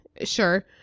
sure